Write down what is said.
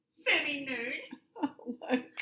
Semi-nude